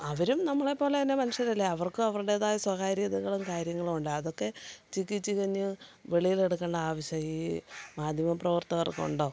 അവരും നമ്മളെപ്പോലെ തന്നെ മനുഷ്യരല്ലേ അവർക്കും അവരുടേതായ സ്വകാര്യതകളും കാര്യങ്ങളും ഉണ്ട് അതൊക്കെ ചിക്കിച്ചികഞ്ഞ് വെളിയിലെടുക്കേണ്ട ആവശ്യം ഈ മാധ്യമപ്രവർത്തകർക്കുണ്ടോ